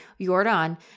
Jordan